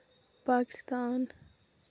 Pakistan